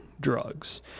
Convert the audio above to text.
drugs